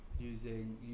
using